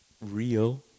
real